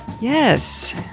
Yes